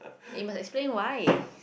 but you must explain why